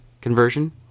conversion